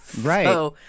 right